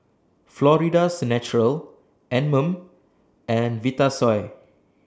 Florida's Natural Anmum and Vitasoy